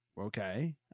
Okay